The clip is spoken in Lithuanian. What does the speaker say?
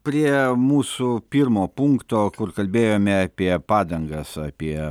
prie mūsų pirmo punkto kur kalbėjome apie padangas apie